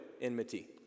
enmity